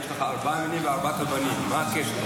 יש לך את ארבעת המינים וארבעה בנים, מה הקשר?